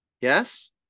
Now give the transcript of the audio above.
Yes